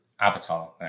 avatar